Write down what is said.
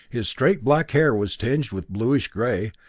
his straight black hair was tinged with bluish gray,